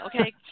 Okay